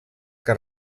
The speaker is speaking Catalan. que